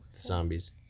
zombies